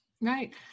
Right